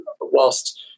whilst